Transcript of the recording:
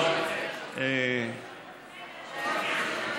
אפשר להצביע?